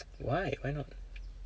why why not